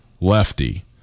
lefty